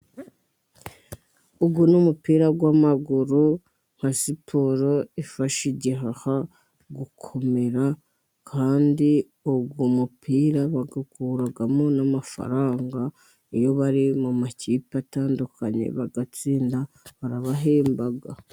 Uyu ni umupira wamaguru nka siporo ifasha igihaha gukomera, kandi uwo mupira bawukuramo n'amafaranga, iyo bari mu makipe atandukanye bagatsinda barabahemba.